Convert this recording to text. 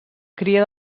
cria